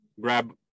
grab